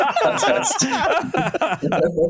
Contest